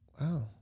Wow